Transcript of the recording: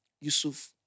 Yusuf